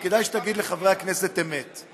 כי כדאי שתגיד לחברי הכנסת אמת,